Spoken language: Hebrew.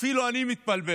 אפילו אני מתבלבל.